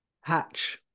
hatch